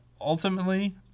ultimately